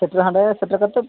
ᱥᱮᱴᱮᱨ ᱦᱟᱸᱰᱮ ᱥᱮᱴᱮᱨ ᱠᱟᱛᱮᱫ